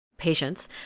patience